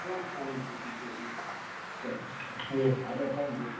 सब पानि अरे पानि पिबु